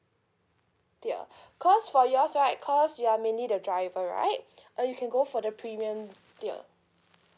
tier cause for yours right cause you are mainly the driver right uh you can go for the premium tier